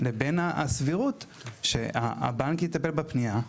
לבין הסבירות שהבנק יטפל בפנייה.